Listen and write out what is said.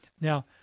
Now